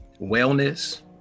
wellness